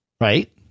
right